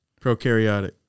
Prokaryotic